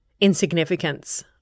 insignificance